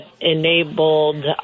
enabled